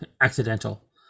accidental